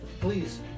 Please